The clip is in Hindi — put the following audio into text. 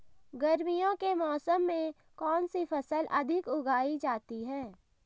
गर्मियों के मौसम में कौन सी फसल अधिक उगाई जाती है?